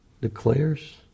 declares